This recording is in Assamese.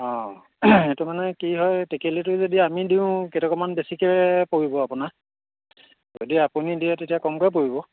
অঁ এইটো মানে কি হয় টেকেলিটো যদি আমি দিওঁ কেইটকামান বেছিকৈ পৰিব আপোনাৰ যদি আপুনি দিয়ে তেতিয়া কমকৈ পৰিব